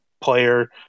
player